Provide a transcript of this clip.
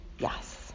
Yes